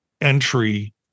entry